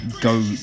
go